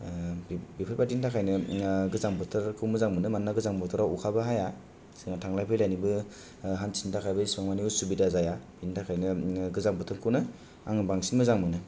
बेफोरबायदिनि थाखायनो गोजां बोथोरखौ मोजां मोनो मानोना गोजां बोथोराव अखाबो हाया थांलाय फैलायनिबो हान्थिनो थाखायबो एसेबांमानि उसुबिदा जाया बेनि थाखायनो गोजां बोथोरखौनो आं बांसिन मोजां मोनो